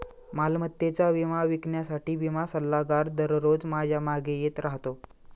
मालमत्तेचा विमा विकण्यासाठी विमा सल्लागार दररोज माझ्या मागे येत राहतो